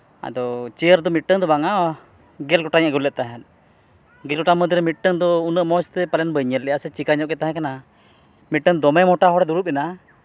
ᱟᱫᱚ ᱪᱤᱭᱟᱹᱨ ᱫᱚ ᱢᱤᱫᱴᱟᱝ ᱫᱚ ᱵᱟᱝᱟ ᱜᱮᱞ ᱜᱚᱴᱟᱝ ᱤᱧ ᱟᱹᱜᱩ ᱞᱮᱫ ᱛᱟᱦᱮᱸ ᱜᱮᱞ ᱜᱚᱴᱟᱝ ᱢᱩᱫᱽᱨᱮ ᱢᱤᱫᱴᱟᱝ ᱫᱚ ᱩᱱᱟᱹᱜ ᱢᱚᱡᱽᱛᱮ ᱯᱟᱞᱮᱱ ᱵᱟᱹᱧ ᱧᱮᱞ ᱞᱮᱜᱼᱟ ᱥᱮ ᱪᱤᱠᱟᱹ ᱧᱚᱜ ᱜᱮ ᱛᱟᱦᱮᱸ ᱠᱟᱱᱟ ᱢᱤᱫᱴᱟᱝ ᱫᱚᱢᱮ ᱢᱚᱴᱟ ᱦᱚᱲᱮ ᱫᱩᱲᱩᱵ ᱮᱱᱟ